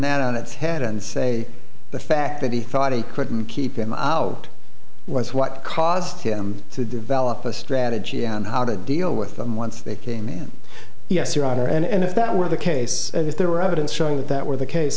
that on its head and say the fact that he thought he couldn't keep him out was what caused him to develop a strategy and how to deal with them once they came in yes your honor and if that were the case if there were evidence showing that that were the case